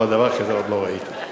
אבל דבר כזה עוד לא ראיתי.